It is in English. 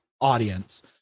audience